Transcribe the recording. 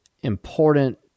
important